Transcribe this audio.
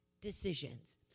decisions